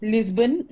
Lisbon